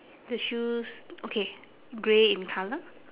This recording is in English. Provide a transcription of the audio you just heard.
the shoes okay grey in colour